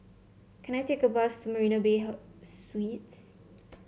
can I take a bus to Marina Bay Suites